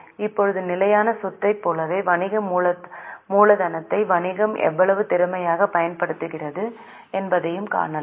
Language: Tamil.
இப்போது நிலையான சொத்தைப் போலவே வணிக மூலதனத்தை வணிகம் எவ்வளவு திறமையாகப் பயன்படுத்துகிறது என்பதையும் காணலாம்